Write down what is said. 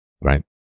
right